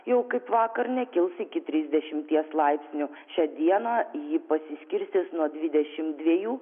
jau kaip vakar nekils iki trisdešimties laipsnių šią dieną ji pasiskirstys nuo dvidešim dviejų